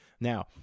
now